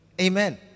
Amen